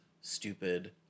stupid